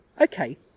Okay